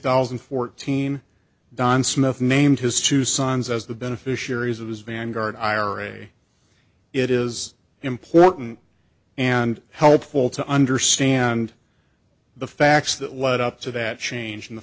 thousand and fourteen don smith named his two sons as the beneficiaries of his vanguard ira it is important and helpful to understand the facts that led up to that change in the